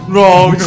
Wrong